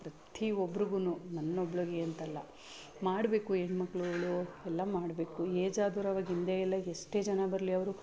ಪ್ರತಿ ಒಬ್ರಿಗುನೂ ನನ್ನ ಒಬ್ಳಿಗೆ ಅಂತಲ್ಲ ಮಾಡಬೇಕು ಹೆಣ್ಮಕ್ಳುಗಳು ಎಲ್ಲ ಮಾಡಬೇಕು ಏಜ್ ಆದವ್ರು ಅವಾಗ ಹಿಂದೆ ಎಲ್ಲ ಎಷ್ಟೇ ಜನ ಬರಲಿ ಅವರು